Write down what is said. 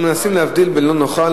אנחנו מנסים להבדיל בין לא נוחה,